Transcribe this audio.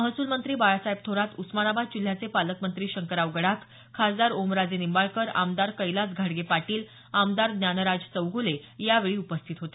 महसूलमंत्री बाळासाहेब थोरात उस्मानाबाद जिल्ह्याचे पालकमंत्री शंकरराव गडाख खासदार ओमराजे निंबाळकर आमदार कैलास घाडगे पाटील आमदार ज्ञानराज चौगूले यावेळी उपस्थित होते